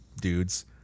dudes